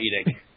eating